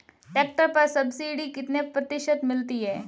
Tractor पर subsidy कितने प्रतिशत मिलती है?